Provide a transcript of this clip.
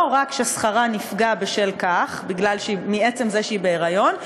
לא רק ששכרה נפגע מעצם זה שהיא בהיריון,